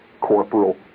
corporal